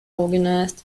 organized